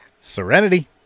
Serenity